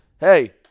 hey